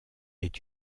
est